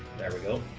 there we go.